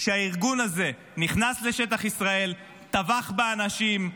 שהארגון הזה נכנס לשטח ישראל, טבח באנשים,